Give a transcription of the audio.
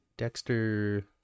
Dexter